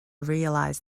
realize